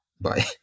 bye